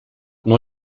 neu